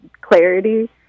clarity